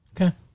Okay